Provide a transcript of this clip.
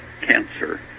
cancer